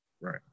Right